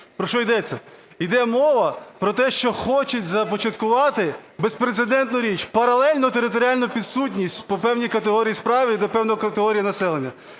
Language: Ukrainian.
Про що йдеться? Йде мова про те, що хочуть започаткувати безпрецедентну річ – паралельну територіальну підсудність по певній категорії справ і до певної категорії населення.